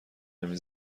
نمی